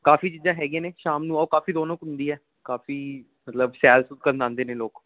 ਕਾਫੀ ਚੀਜ਼ਾਂ ਹੈਗੀਆਂ ਨੇ ਸ਼ਾਮ ਨੂੰ ਆਓ ਕਾਫੀ ਰੌਣਕ ਹੁੰਦੀ ਹੈ ਕਾਫੀ ਮਤਲਬ ਸੈਰ ਸੂਰ ਕਰਨ ਆਉਂਦੇ ਨੇ ਲੋਕ